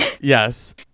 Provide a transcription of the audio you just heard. yes